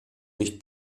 nicht